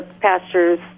pastures